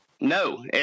No